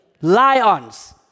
lions